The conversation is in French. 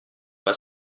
pas